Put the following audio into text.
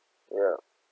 ya